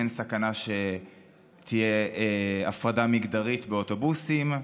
אין סכנה שתהיה הפרדה מגדרית באוטובוסים,